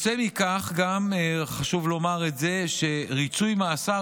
יוצא מכך חשוב לומר את זה שריצוי מאסר